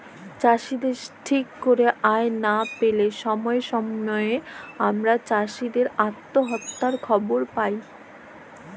চাষীদের ঠিক ক্যইরে আয় লা প্যাইলে ছময়ে ছময়ে আমরা চাষী অত্যহত্যার খবর পায়